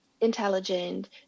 intelligent